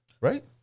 right